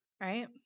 right